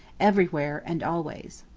everywhere and always.